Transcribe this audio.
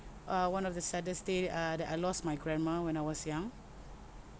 uh one of the saddest day uh that I lost my grandma when I was young